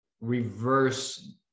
reverse